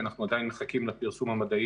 ואנחנו עדיין מחכים לפרסום המדעי